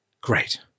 great